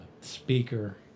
speaker